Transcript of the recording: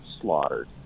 slaughtered